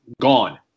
gone